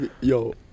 Yo